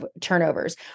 turnovers